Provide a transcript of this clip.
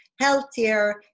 healthier